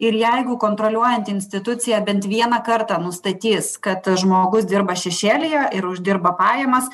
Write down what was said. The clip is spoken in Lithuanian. ir jeigu kontroliuojanti institucija bent vieną kartą nustatys kad žmogus dirba šešėlyje ir uždirba pajamas